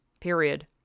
period